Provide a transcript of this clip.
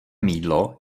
mýdlo